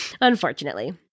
unfortunately